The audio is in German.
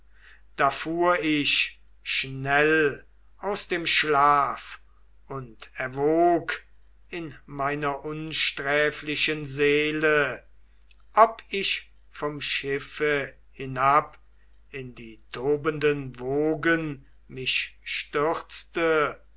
da fuhr ich schnell aus dem schlaf und erwog in meiner unsträflichen seele ob ich vom schiffe hinab in die tobenden wogen mich stürzte